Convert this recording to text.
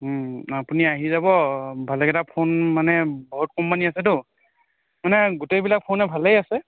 আপুনি আহি যাব ভালেকেইটা ফোন মানে বহুত কোম্পানী আছেতো মানে গোটেইবিলাক ফোনেই ভালে আছে